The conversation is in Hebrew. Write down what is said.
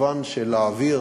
מכיוון שלהעביר